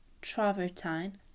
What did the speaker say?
travertine